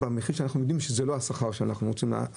שאנחנו יודעים שזה לא השכר שאנחנו רוצים שיינתן.